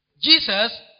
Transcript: Jesus